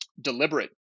deliberate